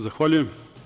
Zahvaljujem.